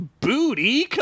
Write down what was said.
Booty